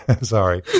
sorry